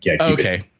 Okay